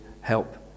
help